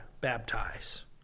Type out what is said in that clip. Baptize